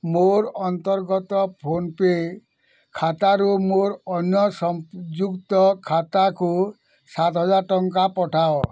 ମୋର ଅନ୍ତର୍ଗତ ଫୋନ୍ପେ ଖାତାରୁ ମୋର ଅନ୍ୟ ସଂଯୁକ୍ତ ଖାତାକୁ ସାତହଜାର ଟଙ୍କା ପଠାଅ